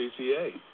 CCA